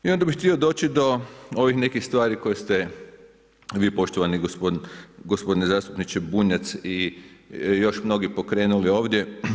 I onda bi htio doći do ovih nekih tvari koje ste vi poštovani gospodine zastupniče Bunjac i još mnogi pokrenuli ovdje.